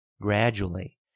Gradually